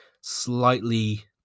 slightly